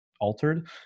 altered